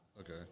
okay